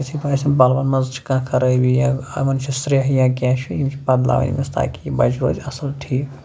یُتھٕے باسان پَلون منٛز چھِ کانٛہہ خرٲبی یا یِمن چھُ سرٛیٚہہ یا کیٛنٛہہ چھُ یِم چھِ بدلاوٕنۍ أمِس تاکہِ یہِ بچہِ روزِ اَصٕل ٹھیٖک